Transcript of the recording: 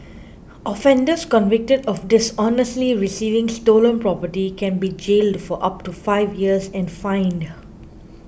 offenders convicted of dishonestly receiving stolen property can be jailed for up to five years and fined